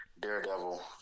Daredevil